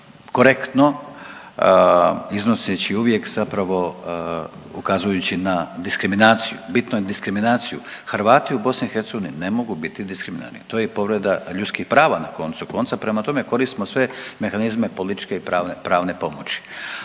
korektno iznoseći uvijek zapravo ukazujući na diskriminaciju, bitno je diskriminaciju. Hrvati u BiH ne mogu biti diskriminarni to je povreda ljudskih prava na koncu konca, prema tome koristimo sve mehanizme političke i pravne pomoći.